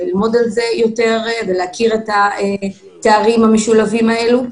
ללמוד על זה יותר ולהכיר את התארים המשולבים האלה.